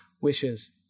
wishes